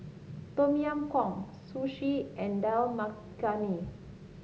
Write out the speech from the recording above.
Tom Yam Goong Sushi and Dal Makhani